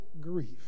grief